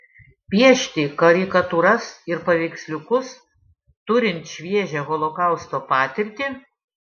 piešti karikatūras ir paveiksliukus turint šviežią holokausto patirtį